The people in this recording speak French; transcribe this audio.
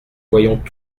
voyons